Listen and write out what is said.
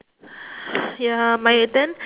ya my then